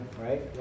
Right